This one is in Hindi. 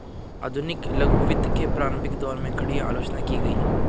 आधुनिक लघु वित्त के प्रारंभिक दौर में, कड़ी आलोचना की गई